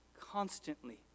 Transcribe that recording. constantly